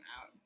out